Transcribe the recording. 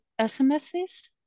SMSs